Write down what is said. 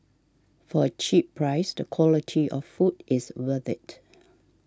for a cheap price the quality of food is worth it